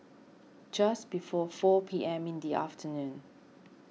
just before four P M in the afternoon